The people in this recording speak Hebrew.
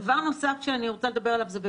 דבר נוסף הוא המעברים.